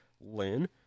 Lin